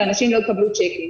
ואנשים לא יקבלו צ'קים.